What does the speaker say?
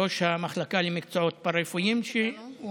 ראש המחלקה למקצועות פארה-רפואיים, שהוא